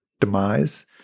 demise